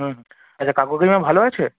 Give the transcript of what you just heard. হুম হুঁ আচ্ছা কাকু কাকিমা ভালো আছে